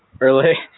early